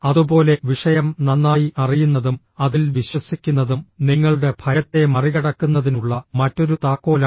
അതുപോലെ വിഷയം നന്നായി അറിയുന്നതും അതിൽ വിശ്വസിക്കുന്നതും നിങ്ങളുടെ ഭയത്തെ മറികടക്കുന്നതിനുള്ള മറ്റൊരു താക്കോലാണ്